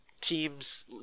teams